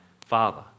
Father